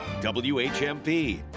WHMP